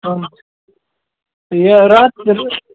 آ یہِ رات